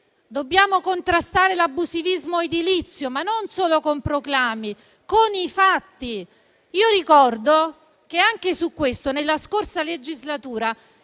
Dobbiamo contrastare l'abusivismo edilizio non solo con i proclami, ma con i fatti. Ricordo che anche su questo nella scorsa legislatura,